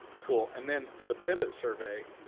cool. and then to the pivot survey,